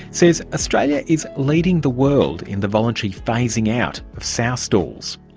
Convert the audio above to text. says australia is leading the world in the voluntary phasing out of sow stalls.